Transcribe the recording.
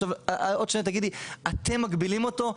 עכשיו עוד שניה תגידי אתם מגבילים אותו.